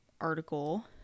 article